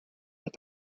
that